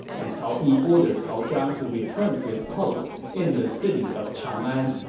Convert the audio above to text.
and cao pi ordered cao zhang to return to his post in the city of changan,